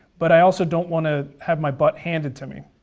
but i also don't want to have my butt handed to me.